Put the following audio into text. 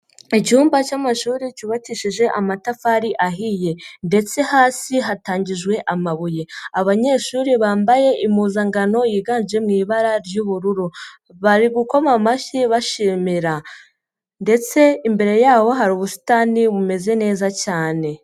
Icyumba cy'amashuri cyubakishije amatafari ahiye ndetse hasi hatangijwe amabuye, abanyeshuri bambaye impuzankano yiganje mu ibara ry'ubururu, bari gukoma amashyi bashi ndetse imbere yaho hari ubusitani bumeze neza cyane.